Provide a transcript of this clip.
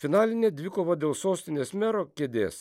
finalinė dvikova dėl sostinės mero kėdės